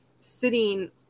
sitting